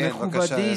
כן, בבקשה, ישיב.